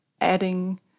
adding